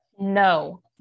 No